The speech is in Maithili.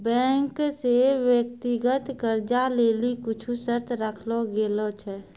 बैंक से व्यक्तिगत कर्जा लेली कुछु शर्त राखलो गेलो छै